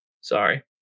Sorry